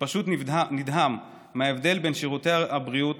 ופשוט נדהם מההבדל בין שירותי הבריאות